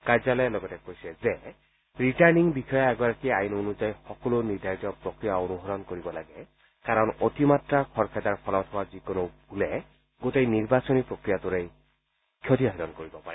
কাৰ্যালয়ে লগতে কৈছে যে ৰিটাৰ্ণিং বিষয়া এগৰাকীয়ে আইন অনুযায়ী সকলো নিৰ্ধাৰিত প্ৰক্ৰিয়া অনুসৰণ কৰিব লাগে কাৰণ অতিমাত্ৰা খৰখেদাৰ ফলত হোৱা যিকোনো ভুলে গোটেই নিৰ্বাচন প্ৰক্ৰিয়াটোৰেই ক্ষতিসাধণ কৰিব পাৰে